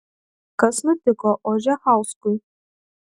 kas nutiko ožechauskui